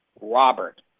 Robert